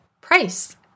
price